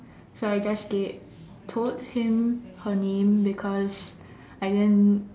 so I just gave told him her name because I didn't